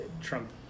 Trump